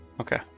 Okay